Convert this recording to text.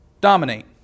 dominate